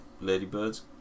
ladybirds